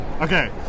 Okay